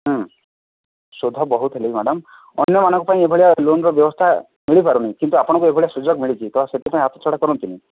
ହୁଁ ସୁଧ ବହୁତ ହେଲେ ବି ମ୍ୟାଡ଼ାମ୍ ଅନ୍ୟମାନଙ୍କ ପାଇଁ ଏଭଳିଆ ଲୋନ୍ର ବ୍ୟବସ୍ଥା ମିଳିପାରୁନି କିନ୍ତୁ ଆପଣଙ୍କୁ ଏଭଳିଆ ସୁଯୋଗ ମିଳିଛି ତ ସେଥିପାଇଁ ହାତଛଡ଼ା କରନ୍ତୁନି